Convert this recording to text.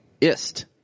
ist